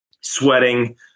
sweating